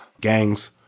gangs